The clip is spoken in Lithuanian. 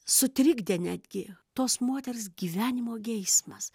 sutrikdė netgi tos moters gyvenimo geismas